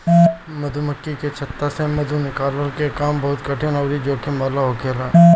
मधुमक्खी के छत्ता से मधु निकलला के काम बहुते कठिन अउरी जोखिम वाला होखेला